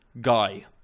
guy